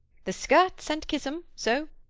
the skirts, and kiss em. so!